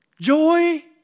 Joy